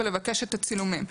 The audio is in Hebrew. ולבקש את הצילומים.